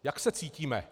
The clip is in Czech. Jak se cítíme?